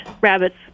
rabbits